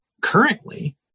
currently